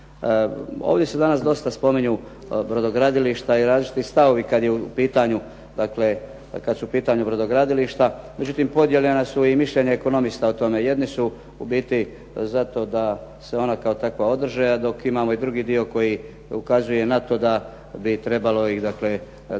Ovdje se danas dosta spominju brodogradilišta i različiti stavovi kad je u pitanju dakle kad su u pitanju brodogradilišta, međutim podijeljena su i mišljenja ekonomista o tome. Jedni su u biti za to da se ona kao takva održe, a dok imamo i drugi dio koji ukazuje na to da bi trebalo ih dakle,